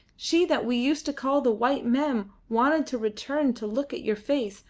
she that we used to call the white mem wanted to return to look at your face,